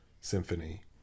symphony